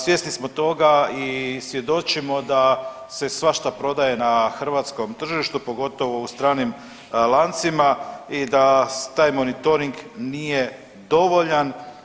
Svjesni smo toga i svjedočimo da se svašta prodaje na hrvatskom tržištu, pogotovo u stranim lancima i da taj monitoring nije dovoljan.